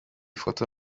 foto